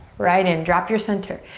right in, drop your center.